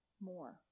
more